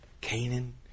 Canaan